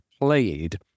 played